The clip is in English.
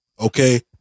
Okay